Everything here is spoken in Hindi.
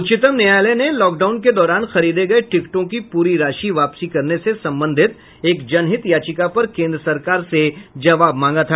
उच्चतम न्यायालय ने लॉकडाउन के दौरान खरीदे गए टिकटों की पूरी राशि वापसी करने से संबंधित एक जनहित याचिका पर केन्द्र सरकार से जवाब मांगा था